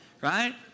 right